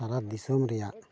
ᱥᱟᱨᱟ ᱫᱤᱥᱚᱢ ᱨᱮᱭᱟᱜ